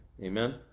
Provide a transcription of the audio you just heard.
amen